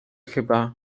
chyba